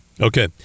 Okay